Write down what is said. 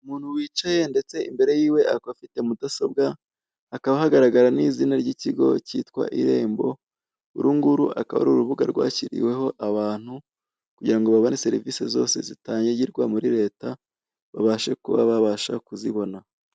Umuntu wicaye ndetse imbereye yiwe akaba afite mudasobwa, hakaba hagaragara na izina rya ikigo cyitwa irembo, urunguru akaba ari urubuga rwashyiriweho abantu kugirango babone serivise zose zitangirwa muri leta, babashe kuba babasha kuzibona.